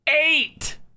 eight